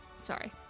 sorry